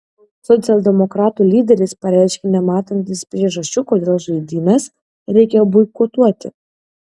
socialdemokratų lyderis pareiškė nematantis priežasčių kodėl žaidynes reikia boikotuoti